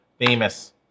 famous